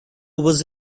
was